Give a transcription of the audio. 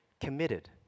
committed